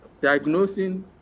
diagnosing